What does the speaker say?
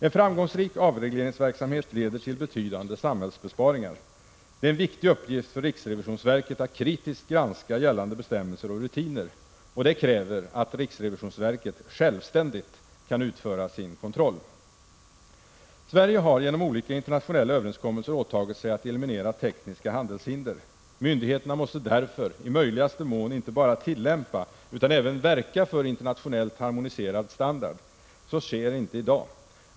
En framgångsrik avregleringsverksamhet leder till betydande samhällsbesparingar. Det är en viktig uppgift för riksrevisionsverket att kritiskt granska gällande bestämmelser och rutiner. Det kräver att riksrevisionverket självständigt kan utföra sin kontroll. Sverige har genom olika internationella överenskommelser åtagit sig att eliminera tekniska handelshinder. Myndigheterna måste därför i möjligaste mån inte bara tillämpa utan även verka för internationellt harmoniserad standard. Så sker inte i dag.